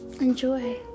enjoy